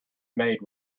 maid